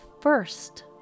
first